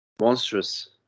monstrous